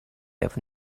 have